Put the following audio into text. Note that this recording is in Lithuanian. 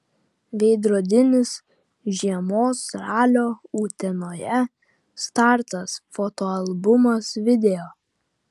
veidrodinis žiemos ralio utenoje startas fotoalbumas video